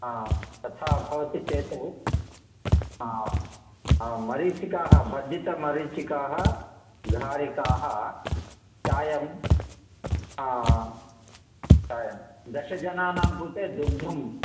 तथा भवति चेत् मरीचिकाः भर्जितमरिचीकाः घारिकाः चायं चायं दशजनानां कृते दुग्धम्